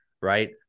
right